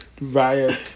riot